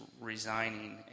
resigning